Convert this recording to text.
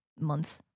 month